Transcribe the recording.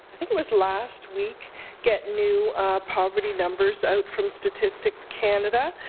i think it was last week get new poverty numbers out from statistics canada.